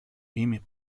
ими